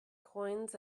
coins